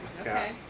Okay